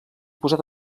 posat